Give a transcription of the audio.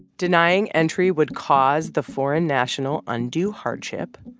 denying entry would cause the foreign national undue hardship.